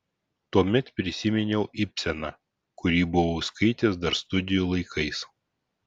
tuomet prisiminiau ibseną kurį buvau skaitęs dar studijų laikais